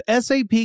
SAP